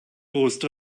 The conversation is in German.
brust